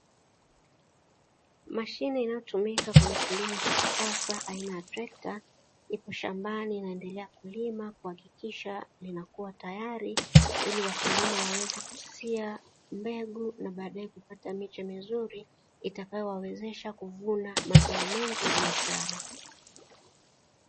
Mashine inayotumika kwenye kilimo cha kisasa aina ya trekta, lipo shambani inaendelea kulima kuhakikisha inakuwa tayari ili wakulima waweze kusia mbegu na baadaye kupata miche mizuri, itakayowawezesha kuvuna mazao mengi ya biashara.